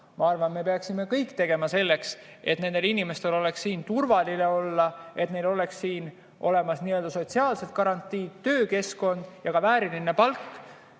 ma arvan, et me peaksime tegema kõik selleks, et nendel inimestel oleks siin turvaline olla, et neil oleksid siin olemas sotsiaalsed garantiid, töökeskkond ja ka vääriline palk.